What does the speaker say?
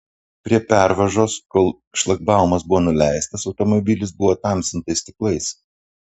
prie pervažos kol šlagbaumas buvo nuleistas automobilis buvo tamsintais stiklais